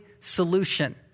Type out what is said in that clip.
solution